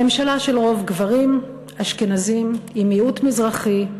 ממשלה של רוב גברים, אשכנזים, עם מיעוט מזרחי,